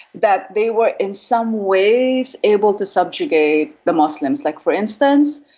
that they were in some ways able to subjugate the muslims. like for instance,